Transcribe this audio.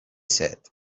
said